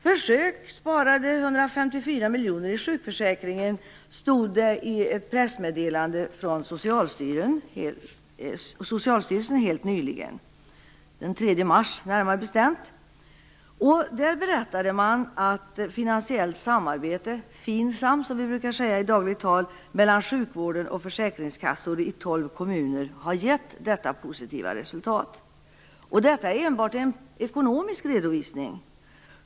"Försök sparade 154 miljoner i sjukförsäkringen", stod det i ett pressmeddelande från Socialstyrelsen den 3 mars. Där berättade man att finansiellt samarbete - FINSAM, som vi brukar säga i dagligt tal - mellan sjukvården och försäkringskassor i tolv kommuner har gett detta positiva resultat. Och detta är enbart en ekonomisk redovisning!